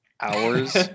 hours